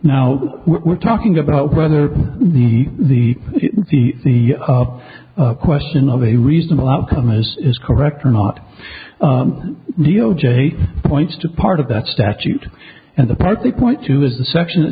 now we're talking about whether the the the the question of a reasonable outcome is is correct or not neo j t points to part of that statute and the part they point to is the section that